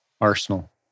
arsenal